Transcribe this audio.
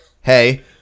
Hey